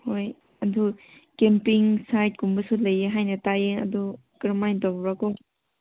ꯍꯣꯏ ꯑꯗꯨ ꯀꯦꯝꯄꯤꯡ ꯁꯥꯏꯠꯀꯨꯝꯕꯁꯨ ꯂꯩꯌꯦ ꯍꯥꯏꯅ ꯇꯥꯏꯌꯦ ꯑꯗꯨ ꯀꯔꯝꯍꯥꯏ ꯇꯧꯕ꯭ꯔꯀꯣ